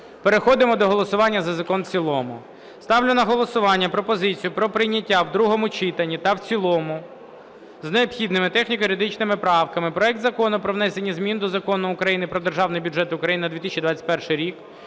Переходимо до голосування за закон в цілому. Ставлю на голосування пропозицію про прийняття в другому читанні та в цілому, з необхідними техніко-юридичними правками, проект Закону про внесення змін до Закону України "Про Державний бюджет України на 2021 рік"